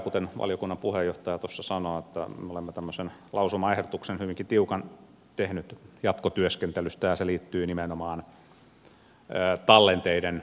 kuten valiokunnan puheenjohtaja tuossa sanoi me olemme tämmöisen lausumaehdotuksen hyvinkin tiukan tehneet jatkotyöskentelystä ja se liittyy nimenomaan tallenteiden käyttöön